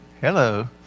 Hello